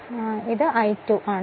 അതിനാൽ ഇത് I2 ആണ്